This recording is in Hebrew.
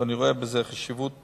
אני רואה בזה חשיבות עצומה.